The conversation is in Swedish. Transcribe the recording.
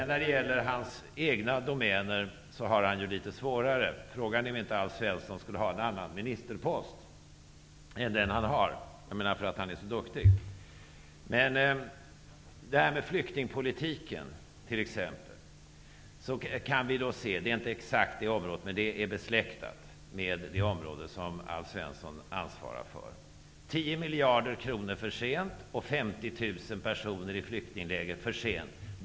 När det gäller Alf Svenssons egna domäner har han litet svårare. Frågan är om inte Alf Svensson skulle ha en annan ministerpost än den han har, därför att han är så duktig. Inom t.ex. flyktingpolitiken kan vi se -- det är inte exakt Alf Svenssons ansvarsområde men ändå besläktat -- att satsningen kom 10 miljarder kronor för sent och 50 000 personer i flyktingläger för sent.